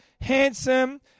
handsome